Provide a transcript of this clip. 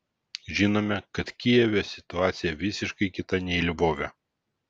žinome kad kijeve situacija visiškai kita nei lvove